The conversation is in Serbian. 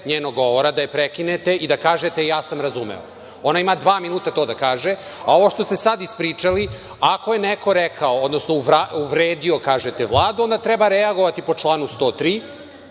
njenog govora da je prekinete i da kažete – ja sam razumeo. Ona ima dva minuta to da kaže. Ovo što ste sad ispričali, ako je neko rekao, odnosno uvredio, kažete Vladu, onda treba reagovati po članu 103.